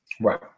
Right